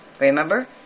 Remember